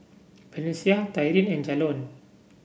Valencia Tyrin and Jalon